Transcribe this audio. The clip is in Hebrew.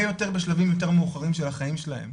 יותר בשלבים יותר מאוחרים של החיים שלהם.